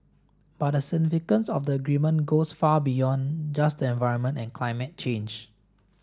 but the significance of the agreement goes far beyond just the environment and climate change